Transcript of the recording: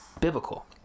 biblical